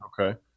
Okay